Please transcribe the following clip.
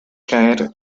caer